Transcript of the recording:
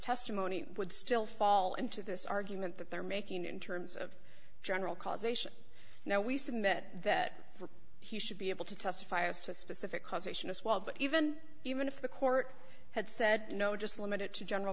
testimony would still fall into this argument that they're making in terms of general causation now we submit that he should be able to testify as to specific causation as well but even even if the court had said no just limit it to general